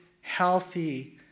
healthy